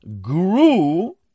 grew